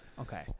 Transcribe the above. okay